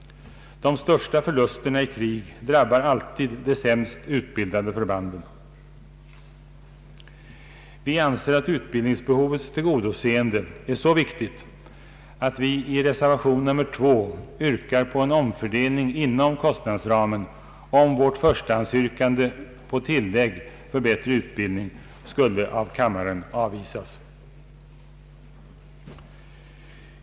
De största förlusterna i krig drabbar alltid de sämst utbildade förbanden. Vi anser att utbildningsbehovets tillgodoseende är så viktigt att vi i reservation nr 2 yrkar på omfördelning inom kostnadsramen, om vårt förstahandsyrkande om tillägg för bättre utbildning skulle av kammaren avvisas.